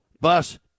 Bus